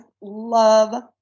love